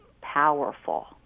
powerful